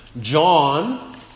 John